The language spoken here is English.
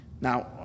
Now